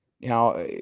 Now